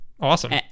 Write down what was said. Awesome